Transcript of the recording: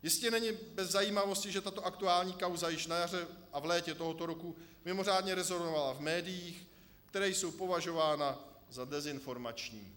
Jistě není bez zajímavosti, že tato aktuální kauza již na jaře a v létě tohoto roku mimořádně rezonovala v médiích, která jsou považována za dezinformační.